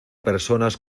personas